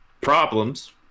problems